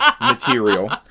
material